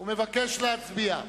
ומבקש להצביע?